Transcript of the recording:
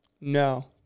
No